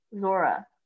zora